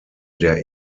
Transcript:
der